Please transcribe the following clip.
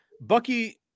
Bucky